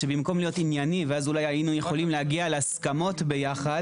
שבמקום להיות ענייניי ואז אולי היינו יכולים להגיע להסכמות ביחד